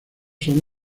son